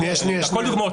הכול דוגמאות.